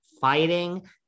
fighting